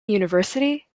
university